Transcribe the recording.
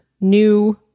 new